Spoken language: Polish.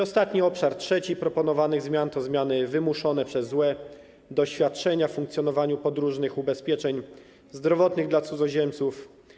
Ostatni, trzeci obszar proponowanych zmian to zmiany wymuszone przez złe doświadczenia w funkcjonowaniu podróżnych ubezpieczeń zdrowotnych dla cudzoziemców.